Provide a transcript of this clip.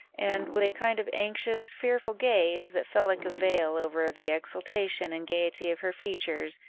and, with a kind of anxious, fearful gaze, that fell like a veil over the exultation and gaiety of her features,